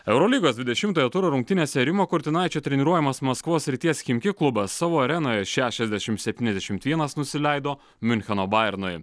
eurolygos dvidešimtojo turo rungtynėse rimo kurtinaičio treniruojamas maskvos srities chimki klubas savo arenoje šešiasdešimt septyniasdešimt vienas nusileido miuncheno bajernui